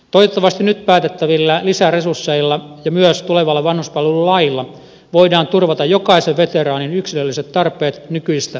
toivottavasti nyt päätettävillä lisäresursseilla ja myös tulevalla vanhuspalvelulailla voidaan turvata jokaisen veteraanin yksilölliset tarpeet nykyistä paremmin